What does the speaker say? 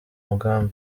mugambi